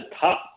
top